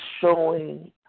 showing